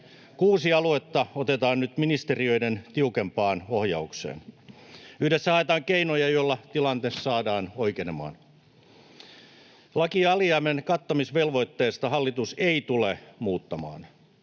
Kuusi aluetta otetaan nyt ministeriöiden tiukempaan ohjaukseen. Yhdessä haetaan keinoja, joilla tilanne saadaan oikenemaan. Lakia alijäämien kattamisvelvoitteesta hallitus ei tule muuttamaan,